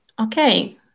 Okay